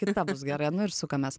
kita bus gera nu ir sukamės